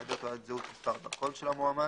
ובהעדר תעודת זהות מספר הדרכון של המועמד,